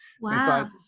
Wow